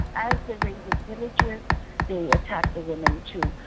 as they raided villages they attacked the woman too.